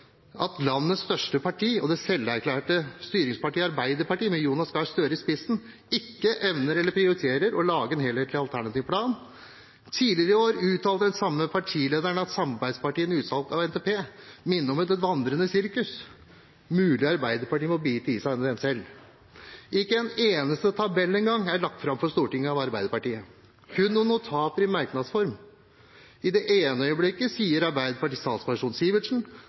at landets største parti – det selverklærte styringspartiet, Arbeiderpartiet, med Jonas Gahr Støre i spissen – ikke evner eller prioriterer å lage en helhetlig, alternativ plan. Tidligere i år uttalte den samme partilederen at samarbeidspartiene i forkant av NTP minnet om «et vandrende sirkus». Det er mulig Arbeiderpartiet må bite i seg det selv. Ikke en eneste tabell engang er lagt fram for Stortinget av Arbeiderpartiet, kun noen notater i merknads form. I det ene øyeblikket sier Arbeiderpartiets talsperson Sivertsen